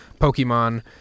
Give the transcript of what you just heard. Pokemon